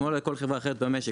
זה כמו לכל חברה אחרת במשק.